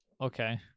Okay